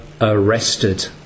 arrested